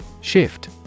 Shift